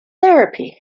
therapy